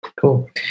Cool